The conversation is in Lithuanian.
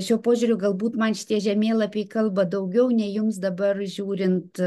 šiuo požiūriu galbūt man šitie žemėlapiai kalba daugiau nei jums dabar žiūrint